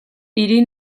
hiri